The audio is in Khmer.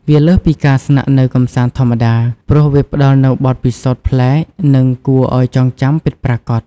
វាលើសពីការស្នាក់នៅកម្សាន្តធម្មតា ព្រោះវាផ្ដល់នូវបទពិសោធន៍ប្លែក និងគួរឱ្យចងចាំពិតប្រាកដ។